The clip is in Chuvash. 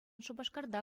шупашкарта